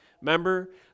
Remember